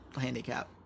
handicap